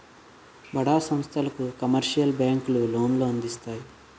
బడా సంస్థలకు కమర్షియల్ బ్యాంకులు లోన్లు అందిస్తాయి